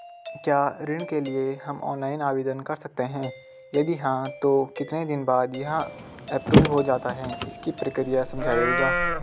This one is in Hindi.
क्या ऋण के लिए हम ऑनलाइन आवेदन कर सकते हैं यदि हाँ तो कितने दिन बाद यह एप्रूव हो जाता है इसकी प्रक्रिया समझाइएगा?